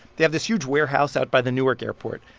they have this huge warehouse out by the newark airport.